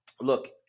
look